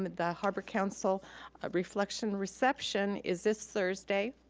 the harbor council reflection reception is this thursday,